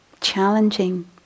challenging